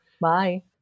Bye